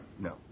no